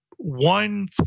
one